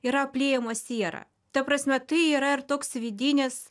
yra apliejamos siera ta prasme tai yra ir toks vidinis